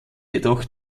jedoch